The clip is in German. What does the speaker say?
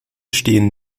stehen